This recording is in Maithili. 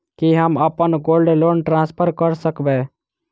की हम अप्पन गोल्ड लोन ट्रान्सफर करऽ सकबै?